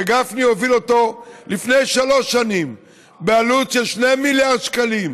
שגפני הוביל אותו לפני שלוש שנים בעלות של 2 מיליארד שקלים,